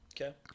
Okay